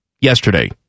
yesterday